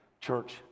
church